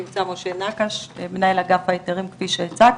נמצא משה נקש, מנהל אגף ההיתרים, כפי שהצגת.